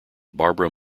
barbara